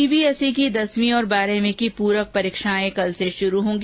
CBSE की दसवीं और बारहवीं की पूरक परीक्षाएं कल से शुरू होंगी